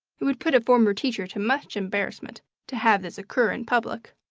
it would put a former teacher to much embarrassment to have this occur in public.